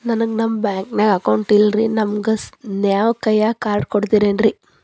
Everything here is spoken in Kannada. ನನ್ಗ ನಮ್ ಬ್ಯಾಂಕಿನ್ಯಾಗ ಅಕೌಂಟ್ ಇಲ್ರಿ, ನನ್ಗೆ ನೇವ್ ಕೈಯ ಕಾರ್ಡ್ ಕೊಡ್ತಿರೇನ್ರಿ?